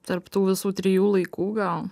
tarp tų visų trijų laikų gal